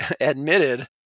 admitted